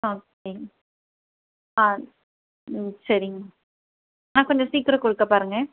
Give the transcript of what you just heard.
ஆ okay ஆ ம் சரிங்க ஆ கொஞ்சம் சீக்கிரோம் கொடுக்க பாருங்கள்